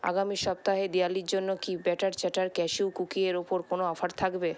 আগামি সপ্তাহে দিওয়ালীর জন্য কি ব্যাটার চ্যাটার ক্যাশিউ কুকির ওপর কোন অফার থাকবে